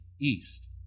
east